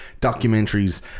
documentaries